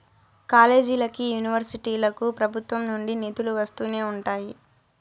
కాలేజీలకి, యూనివర్సిటీలకు ప్రభుత్వం నుండి నిధులు వస్తూనే ఉంటాయి